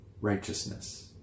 Righteousness